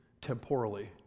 temporally